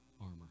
armor